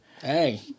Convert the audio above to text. Hey